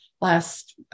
last